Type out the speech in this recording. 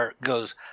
goes